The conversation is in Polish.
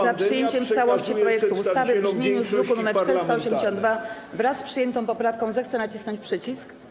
za przyjęciem w całości projektu ustawy w brzmieniu z druku nr 482, wraz z przyjętą poprawką, zechce nacisnąć przycisk.